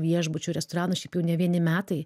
viešbučių restoranų šiaip jau ne vieni metai